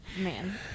man